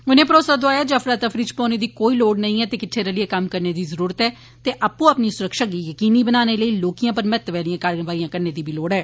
उनें भरोसा दोआया ऐ जे अफरा तफरी इच पौने दी कोई लोड़ नेंई ऐ ते किट्डे रलिए कम्म करने दी ज़रूरत ऐ ते आपूं अपनी सुरक्षा गी यकीनी बनाने लेई लौहिकयां पर महत्वै आलियां कारवाइयां करने दी बी लोड़ ऐ